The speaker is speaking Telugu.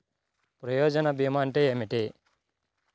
ప్రయోజన భీమా అంటే ఏమిటి?